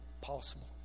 possible